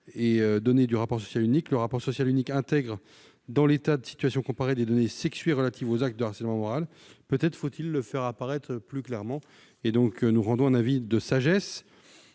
et données du rapport social unique. Ce dernier intègre dans l'état de situation comparée des données sexuées relatives aux actes de harcèlement moral. Peut-être faut-il le faire apparaître plus clairement. Aussi, la commission s'en remet à la sagesse